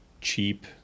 cheap